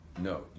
No